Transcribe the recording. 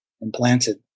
implanted